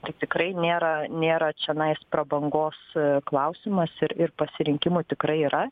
tai tikrai nėra nėra čianais prabangos klausimas ir ir pasirinkimų tikrai yra